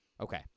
Okay